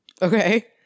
Okay